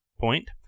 point